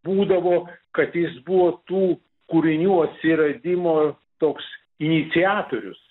būdavo kad jis buvo tų kūrinių atsiradimo toks iniciatorius